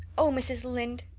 oh, mrs. lynde,